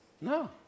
No